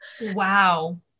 Wow